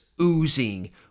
oozing